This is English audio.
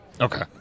okay